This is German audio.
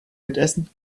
mitessen